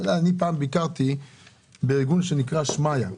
פעם ביקרתי בארגון שנקרא שמעיה,